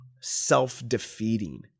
self-defeating